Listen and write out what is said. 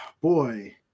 boy